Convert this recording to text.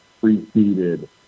Preceded